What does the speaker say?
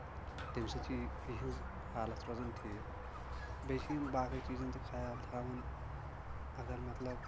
تٔمۍ سۭتۍ چھےٚ یِہنٛز حالَت روزان ٹھیٖک بیٚیہِ چھِ یِم باقی چیٖزن تہِ خیال تھاوان اَگر مطلب